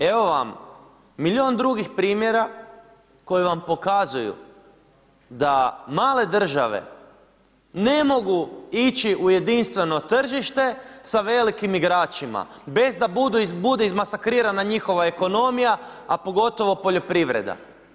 Evo vam milijun drugih primjera koji vam pokazuju da male države ne mogu ići u jedinstveno tržište sa velikim igračima bez da bude izmasakrirana njihova ekonomija, a pogotovo poljoprivreda.